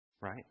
Right